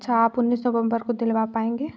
अच्छा आप उन्नीस नवंबर को दिलवा पाएंगे